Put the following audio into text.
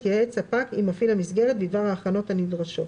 יתייעץ ספק עם מפעיל המסגרת בדבר ההכנות הנדרשות.